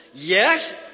yes